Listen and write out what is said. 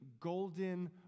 Golden